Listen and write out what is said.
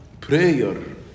prayer